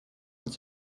uns